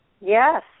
Yes